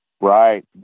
Right